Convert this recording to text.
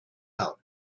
out